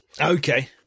Okay